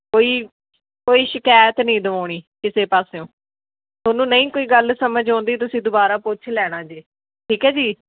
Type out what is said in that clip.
ਕੋਈ ਕੋਈ ਸ਼ਿਕਾਇਤ ਨਹੀਂ ਦਵਾਉਣੀ ਕਿਸੇ ਪਾਸਿਓਂ ਤੁਹਾਨੂੰ ਨਹੀਂ ਕੋਈ ਗੱਲ ਸਮਝ ਆਉਂਦੀ ਤੁਸੀਂ ਦੁਬਾਰਾ ਪੁੱਛ ਲੈਣਾ ਜੇ ਠੀਕ ਹੈ ਜੀ